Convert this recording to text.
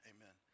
Amen